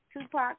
Tupac